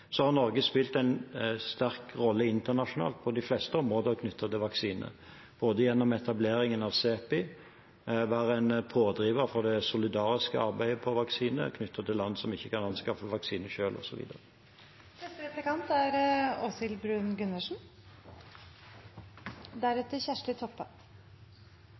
Så har Norge spilt en sterk rolle internasjonalt på de fleste områder knyttet til vaksine, både gjennom etableringen av CEPI og ved å være en pådriver for det solidariske arbeidet på vaksine knyttet til land som ikke kan anskaffe vaksiner